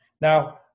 Now